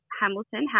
Hamilton